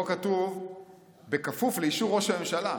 פה כתוב "בכפוף לאישור ראש הממשלה",